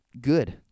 good